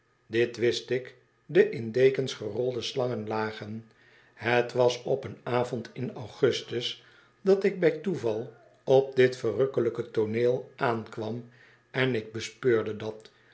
dit wist ik de in dekens gerolde slangen lagen het was op een avond in augustus dat ik bij toeval op dit verrukkelijk tooneel aankwam en ik bespeurde dat